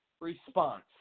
response